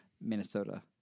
Minnesota